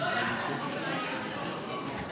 בבקשה.